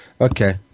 Okay